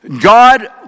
God